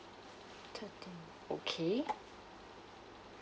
okay